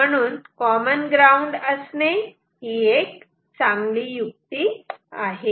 म्हणून common ground असणे ही एक चांगली युक्ती आहे